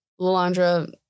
lalandra